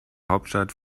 hauptstadt